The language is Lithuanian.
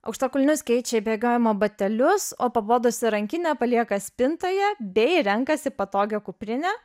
aukštakulnius keičia į bėgiojimo batelius o pabodusią rankinę palieka spintoje bei renkasi patogią kuprinę